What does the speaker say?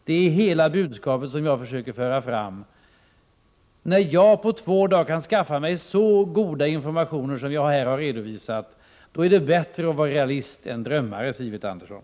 Det är hela det budskap som jag försöker föra fram. När jag på två dagar kan skaffa mig så goda informationer som jag här har redovisat är det bättre att vara realist än drömmare, Sivert Andersson.